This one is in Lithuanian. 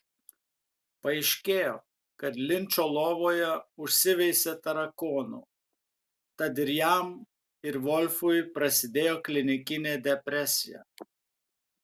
paaiškėjo kad linčo lovoje užsiveisė tarakonų tad ir jam ir volfui prasidėjo klinikinė depresija